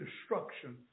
destruction